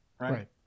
Right